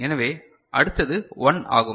எனவே அடுத்தது 1 ஆகும்